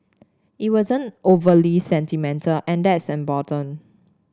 it wasn't overly sentimental and that's important